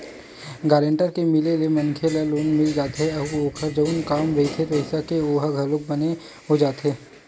guarantor के मिले ले मनखे ल लोन मिल जाथे अउ ओखर जउन काम रहिथे पइसा के ओहा घलोक बने हो जाथे